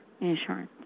insurance